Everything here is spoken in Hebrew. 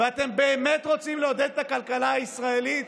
ואתם באמת רוצים לעודד את הכלכלה הישראלית,